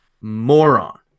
moron